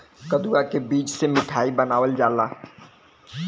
कदुआ के बीज से मिठाई बनावल जाला